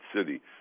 city